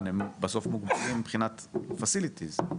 הם בסוף מוגבלים מבחינת פסיליטיס.